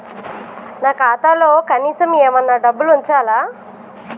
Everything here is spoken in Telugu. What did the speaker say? నా ఖాతాలో కనీసం ఏమన్నా డబ్బులు ఉంచాలా?